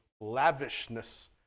lavishness